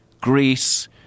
Greece